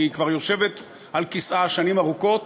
כי היא כבר יושבת על כסאה שנים ארוכות,